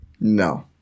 No